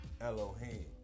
Elohim